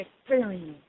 experience